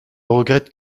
regrette